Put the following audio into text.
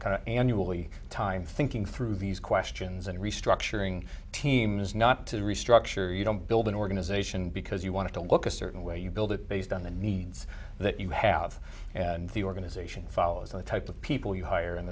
of annually time thinking through these questions and restructuring team is not to restructure you don't build an organization because you want to look a certain way you build it based on the needs that you have and the organization follows the type of people you hire and